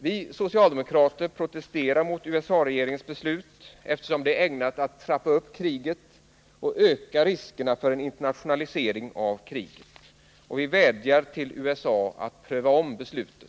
Vi socialdemokrater protesterar emot USA-regeringens beslut, eftersom det är ägnat att trappa upp kriget och öka riskerna för en internationalisering av kriget. Vi vädjar till USA att ompröva beslutet.